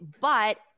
but-